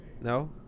No